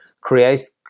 creates